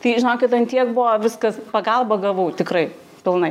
tai žinokit ant tiek buvo viskas pagalbą gavau tikrai pilnai